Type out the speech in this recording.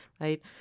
Right